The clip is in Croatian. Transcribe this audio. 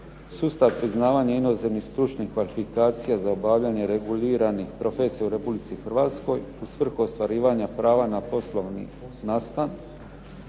sustav priznavanja inozemnih stručnih kvalifikacija za obavljanje reguliranih profesija u republici Hrvatskoj u svrhu ostvarivanja prava na poslovni nastan,